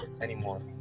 anymore